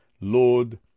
Lord